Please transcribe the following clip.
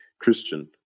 Christian